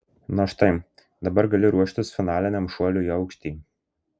na štai dabar gali ruoštis finaliniam šuoliui į aukštį